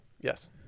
Yes